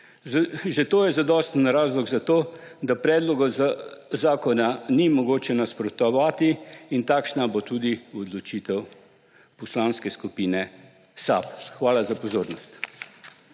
Že to je zadostni razlog za to, da predlogu zakona ni mogoče nasprotovati. Takšna bo tudi odločitev Poslanske skupine SAB. Hvala za pozornost.